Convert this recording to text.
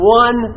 one